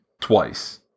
twice